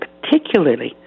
particularly